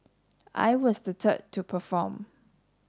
I was the third to perform